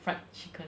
fried chicken